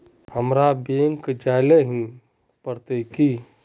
हमरा बैंक जाल ही पड़ते की?